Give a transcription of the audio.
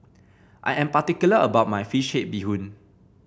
I am particular about my fish head Bee Hoon